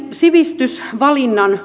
sivistys valinnan